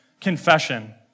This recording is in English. confession